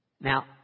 Now